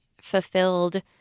fulfilled